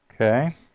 Okay